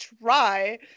try